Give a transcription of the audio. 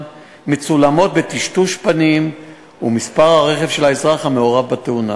מצולמות בטשטוש פנים ומספר הרכב של האזרח המעורב בתאונה,